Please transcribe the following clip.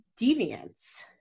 deviance